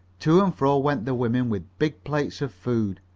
to and fro went the women with big plates of food.